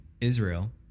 Israel